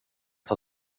tar